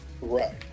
Right